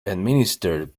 administered